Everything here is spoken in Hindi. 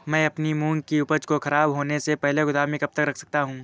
मैं अपनी मूंग की उपज को ख़राब होने से पहले गोदाम में कब तक रख सकता हूँ?